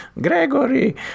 Gregory